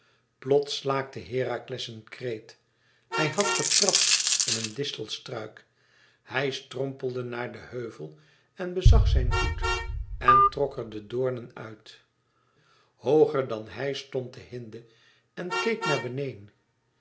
plots slaakte herakles een kreet hij had getrapt in een distelstruik hij strompelde naar den heuvel en bezag zijn voet en trok er de doornen uit hooger dan hij stond de hinde en keek naar beneên